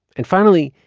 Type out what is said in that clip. and finally,